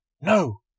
No